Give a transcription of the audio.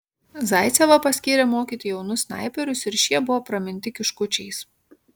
zaicevą paskyrė mokyti jaunus snaiperius ir šie buvo praminti kiškučiais